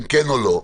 אם כן או לא?